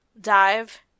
Dive